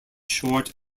short